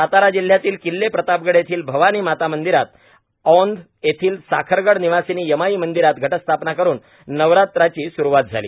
सातारा जिल्ह्यातील किल्ले प्रतापगड येथील भवानी माता मंदिरात औंध येथील साखरगड निवासिनी यमाई मंदिरात घट स्थापना करून नवरात्राची सुरुवात झाली